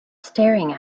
staring